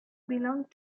belonged